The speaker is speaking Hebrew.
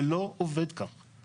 זה לא עובד כך.